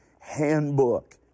handbook